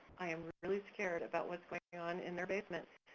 i am really scared about what's going on in their basements.